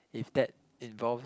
if that involve